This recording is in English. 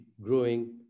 growing